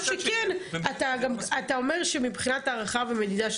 אבל אתה אומר שמבחינת הערכה ומדידה,